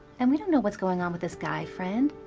and we don't know what's going on with this guy friend.